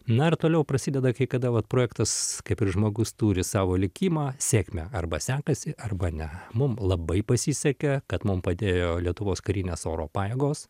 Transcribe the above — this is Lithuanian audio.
na ir toliau prasideda kai kada vat projektas kaip ir žmogus turi savo likimą sėkmę arba sekasi arba ne mum labai pasisekė kad mum padėjo lietuvos karinės oro pajėgos